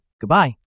Goodbye